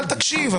אל תקשיב,